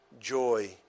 joy